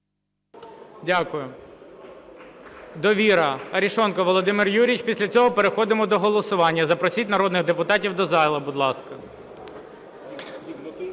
Дякую. "Довіра", Арешонков Володимир Юрійович. Після цього переходимо до голосування. Запросіть народних депутатів до зали, будь ласка.